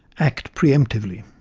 act preemptively.